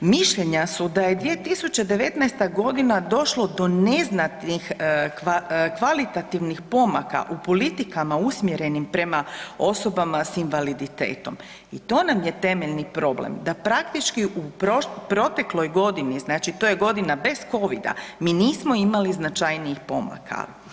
Mišljenja su da je 2019. godina došlo do neznatnih kvalitativnih pomaka u politikama usmjerenim prema osobama s invaliditetom i to nam je temeljni problem, da praktički u protekloj godini, znači to je godina bez covida, mi nismo imali značajnijih pomaka.